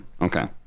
Okay